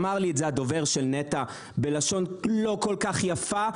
אמר לי את זה הדובר של נת"ע בלשון לא כל כך יפה,